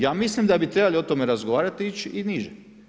Ja mislim da bi trebali o tome razgovarat ić i niže.